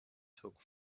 took